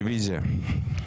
רביזיה.